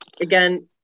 again